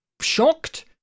shocked